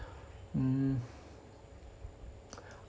um